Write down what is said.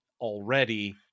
already